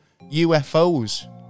UFOs